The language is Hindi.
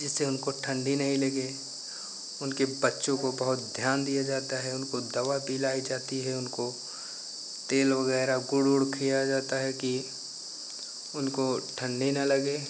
जिससे उनको ठंडी नहीं लगे उनके बच्चों को बहुत ध्यान दिया जाता है उनको दवा पिलाई जाती हैं उनको तेल वगैरह गुड़ उड़ खिलाया जाता है की उनको ठंडी न लगे